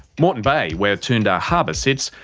moreton bay, where toondah harbour sits,